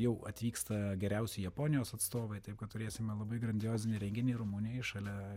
jau atvyksta geriausi japonijos atstovai taip kad turėsime labai grandiozinį renginį rumunijoj šalia